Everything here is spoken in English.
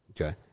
okay